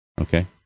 Okay